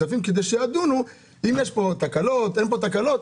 י"א בטבת התשפ"ב (15 בדצמבר 2021). יש לנו שלושה סעיפים על סדר-היום: